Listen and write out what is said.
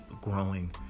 growing